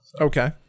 Okay